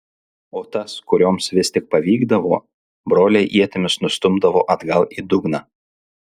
o tas kurioms vis tik pavykdavo broliai ietimis nustumdavo atgal į dugną